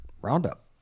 Roundup